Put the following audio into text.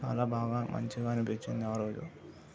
చాలా బాగా మంచిగా అనిపించింది ఆ రోజు